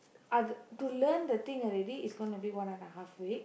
ath~ to learn the thing already is gonna be one and a half week